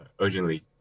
urgently